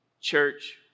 church